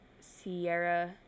Sierra